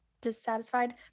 dissatisfied